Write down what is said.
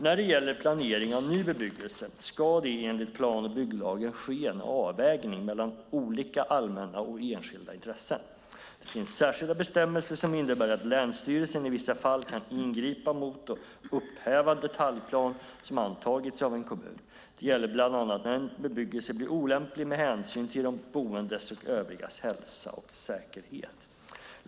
När det gäller planering av ny bebyggelse ska det enligt plan och bygglagen ske en avvägning mellan olika allmänna och enskilda intressen. Det finns särskilda bestämmelser som innebär att länsstyrelsen i vissa fall kan ingripa mot och upphäva en detaljplan som antagits av en kommun. Det gäller bland annat när en bebyggelse blir olämplig med hänsyn till de boendes och övrigas hälsa och säkerhet.